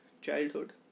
childhood